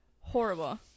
horrible